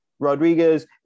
Rodriguez